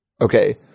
Okay